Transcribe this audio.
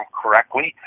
correctly